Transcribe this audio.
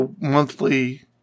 monthly